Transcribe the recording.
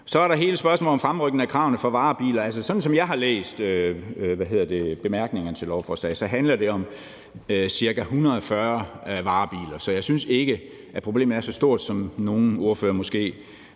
Så er der hele spørgsmålet om fremrykning af kravene for varebiler. Altså, sådan som jeg har læst bemærkningerne til lovforslaget, handler det om ca. 140 varebiler, så jeg synes ikke, at problemet er så stort, som nogle ordførere måske